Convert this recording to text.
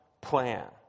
plan